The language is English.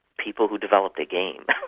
people who developed a game.